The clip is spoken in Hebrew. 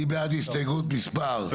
מי בעד הסתייגות מספר 21?